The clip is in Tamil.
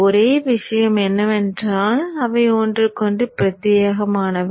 ஒரே விஷயம் என்னவென்றால் அவை ஒன்றுக்கொன்று பிரத்தியேகமானவை